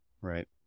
Right